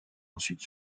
ensuite